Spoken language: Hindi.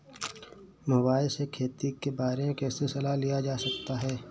मोबाइल से खेती के बारे कैसे सलाह लिया जा सकता है?